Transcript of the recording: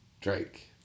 Drake